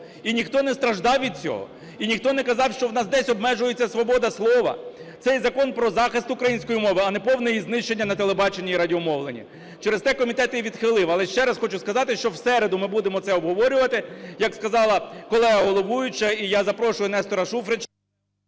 і ніхто не страждав від цього, і ніхто не казав, що в нас десь обмежується свобода слова. Цей закон про захист української мови, а не повне її знищення на телебаченні і радіомовленні. Через те комітет її відхилив. Але ще раз хочу сказати, що в середу ми будемо це обговорювати, як сказала колега головуюча, і я запрошую Нестора Шуфрича…